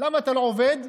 למה אתה לא עובד?